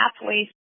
halfway